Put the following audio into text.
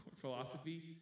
philosophy